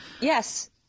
Yes